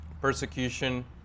persecution